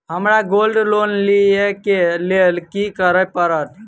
हमरा gold loan लिय केँ लेल की करऽ पड़त?